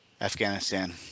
Afghanistan